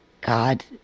God